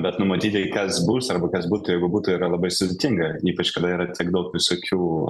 bet numatyti kas bus arba kas būtų jeigu būtų yra labai sudėtinga ypač kada yra tiek daug visokių